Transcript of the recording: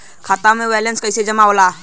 खाता के वैंलेस कइसे जमा होला?